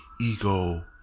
ego